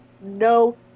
no